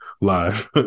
live